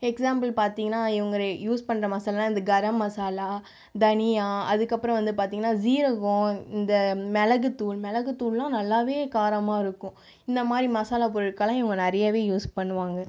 example பார்த்தீங்கன்னா இவங்க reuse பண்ணுற மசாலால்லாம் இந்த கரம் மசாலா தனியா அதுக்கப்பறம் வந்து பார்த்தீங்கன்னா ஜீரகம் இந்த மிளகுத்தூள் மிளகுத்தூள்லாம் நல்லாவே காரமாக இருக்கும் இந்த மாதிரி மசாலா பொருட்கள்லாம் இவங்க நிறையவே யூஸ் பண்ணுவாங்க